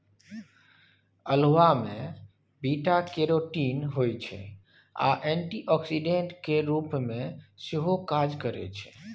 अल्हुआ मे beta carotene होइ छै आ एंटीआक्सीडेंट केर रुप मे सेहो काज करय छै